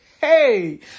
hey